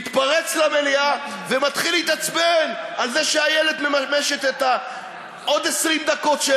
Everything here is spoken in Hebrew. מתפרץ למליאה ומתחיל להתעצבן על זה שאיילת מממשת את ה-20 דקות הנוספות